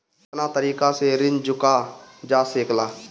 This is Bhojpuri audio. कातना तरीके से ऋण चुका जा सेकला?